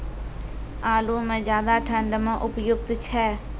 आलू म ज्यादा ठंड म उपयुक्त छै?